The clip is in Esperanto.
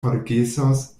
forgesos